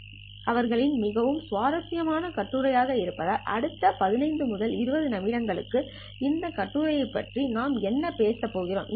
Humbled அவர்களின் மிகவும் சுவாரஸ்யமான கட்டுரையாக இருப்பதால் அடுத்த 15 முதல் 20 நிமிடங்களுக்கு இந்த கட்டுரையைப் பற்றி நாம் என்ன பேசப் போகிறோம்